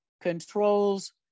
controls